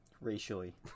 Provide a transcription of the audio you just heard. Racially